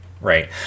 right